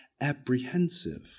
apprehensive